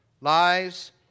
Lies